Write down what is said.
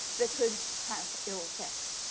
that could have ill effects.